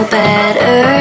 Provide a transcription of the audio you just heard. better